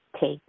take